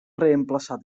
reemplaçat